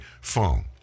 phone